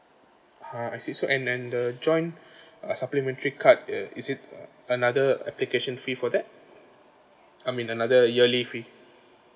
ha I see so and and the join uh supplementary card uh is it uh another application fee for that I mean another yearly fee